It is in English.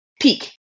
peak